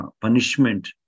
punishment